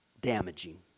damaging